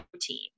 team